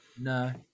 No